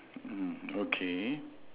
mm okay